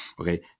Okay